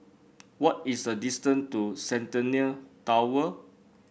what is the distance to Centennial Tower